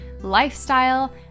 lifestyle